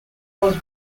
was